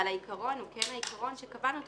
אבל העיקרון הוא כן העיקרון שקבענו אותו,